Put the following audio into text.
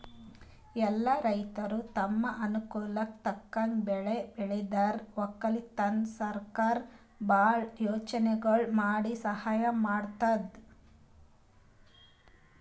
ಎಲ್ಲಾ ರೈತರ್ ತಮ್ಗ್ ಅನುಕೂಲಕ್ಕ್ ತಕ್ಕಂಗ್ ಬೆಳಿ ಬೆಳಿತಾರ್ ವಕ್ಕಲತನ್ಕ್ ಸರಕಾರ್ ಭಾಳ್ ಯೋಜನೆಗೊಳ್ ಮಾಡಿ ಸಹಾಯ್ ಮಾಡ್ತದ್